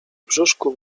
brzuszku